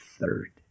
third